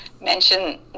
mention